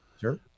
sure